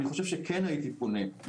אני חושב שכן הייתי פונה.